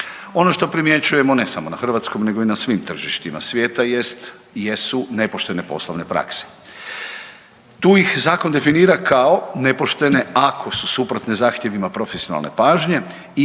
Ono što primjećujemo, ne samo na hrvatskom nego i na svim tržištima svijeta jest, jesu nepoštene poslovne prakse. Tu ih zakon definira kao nepoštene ako su suprotne zahtjevima profesionalne pažnje i